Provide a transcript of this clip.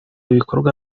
ibikorwa